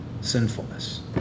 sinfulness